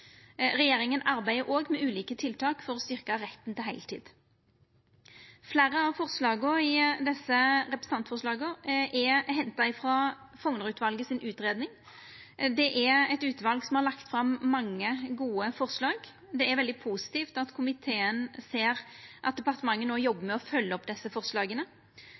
Regjeringa arbeider òg med ulike tiltak for å styrkja retten til heiltid. Fleire av forslaga i desse representantforslaga er henta frå Fougner-utvalet si utgreiing. Det er eit utval som har lagt fram mange gode forslag. Det er veldig positivt at komiteen ser at departementet no jobbar med å følgja opp desse forslaga.